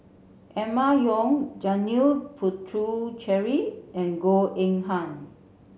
Emma Yong Janil Puthucheary and Goh Eng Han